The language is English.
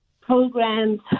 programs